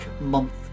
Month